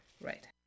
Right